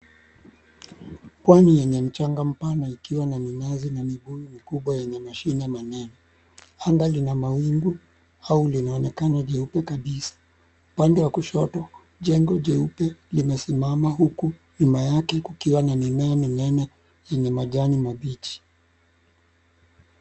Pwani yenye mchanga mpana ikiwa na minazi na miguu mikubwa yenye mashine manene. Anga lina mawingu au linaonekana jeupe kabisa, upande wa kushoto jengo jeupe limesimama huku nyuma yake kukiwa na mimea minene yenye majani mabichi.